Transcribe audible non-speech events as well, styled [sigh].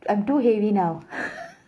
I'm too heavy now [noise]